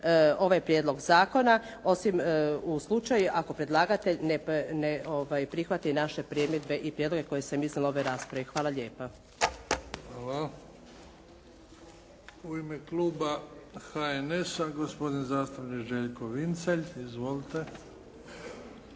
ovaj prijedlog zakona osim u slučaju ako predlagatelj ne prihvati naše primjedbe i prijedloge koje sam iznijela na ovoj raspravi. Hvala lijepa. **Bebić, Luka (HDZ)** Hvala. U ime kluba HNS-a, gospodin zastupnik Željko Vincelj. Izvolite.